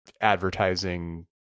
advertising